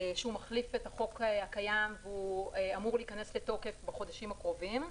שמחליף את החוק הקיים ואמור להיכנס לתוקף בחודשים הקרובים.